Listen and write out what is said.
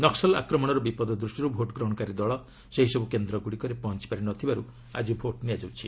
ନକ୍କଲ ଆକ୍ରମଣର ବିପଦ ଦୃଷ୍ଟିରୁ ଭୋଟ୍ଗ୍ରହଣକାରୀ ଦଳ ସେହିସବୁ କେନ୍ଦ୍ରଗୁଡ଼ିକରେ ପହଞ୍ଚପାରି ନ ଥିବାରୁ ଆଳି ଭୋଟ୍ ନିଆଯାଉଛି